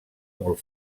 molt